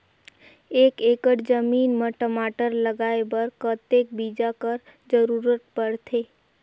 एक एकड़ जमीन म टमाटर लगाय बर कतेक बीजा कर जरूरत पड़थे?